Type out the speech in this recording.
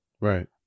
Right